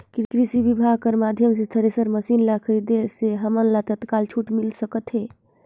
कृषि विभाग कर माध्यम से थरेसर मशीन ला खरीदे से हमन ला कतका छूट मिल सकत हे?